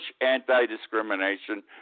anti-discrimination